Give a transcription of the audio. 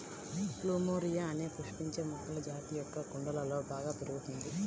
plumeria అనే పుష్పించే మొక్కల జాతి మొక్క కుండలలో బాగా పెరుగుతుంది